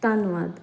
ਧੰਨਵਾਦ